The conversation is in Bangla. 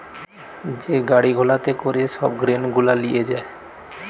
যে গাড়ি গুলাতে করে সব গ্রেন গুলা লিয়ে যায়